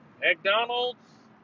McDonald's